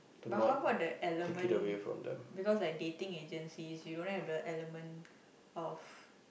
but how about the element because like dating agencies you don't have the element of